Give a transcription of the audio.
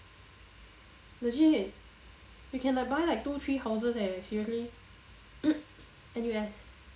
legit you can like buy like two three house leh seriously N_U_S